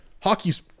Hockey's